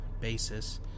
basis